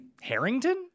Harrington